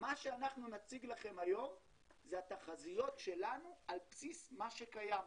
מה שאנחנו נציג לכם היום זה התחזיות שלנו על בסיס מה שקיים.